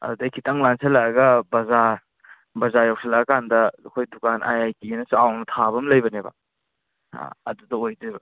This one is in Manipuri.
ꯑꯗꯨꯗꯒꯤ ꯈꯤꯇꯪ ꯂꯥꯟꯁꯤꯜꯂꯛꯑꯒ ꯕꯖꯥꯔ ꯕꯖꯥꯔ ꯌꯧꯁꯤꯜꯂꯛꯑꯀꯥꯟꯗ ꯑꯩꯈꯣꯏ ꯗꯨꯀꯥꯟ ꯑꯥꯏ ꯑꯥꯏ ꯇꯤꯑꯅ ꯆꯥꯎꯅ ꯊꯥꯕ ꯑꯃ ꯂꯩꯕꯅꯦꯕ ꯑꯥ ꯑꯗꯨꯗ ꯑꯣꯏꯗꯣꯏꯕ